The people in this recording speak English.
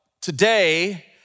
today